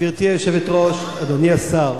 גברתי היושבת-ראש, אדוני השר,